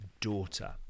daughter